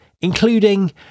including